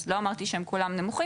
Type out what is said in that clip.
אז לא אמרתי שהם כולם נמוכים.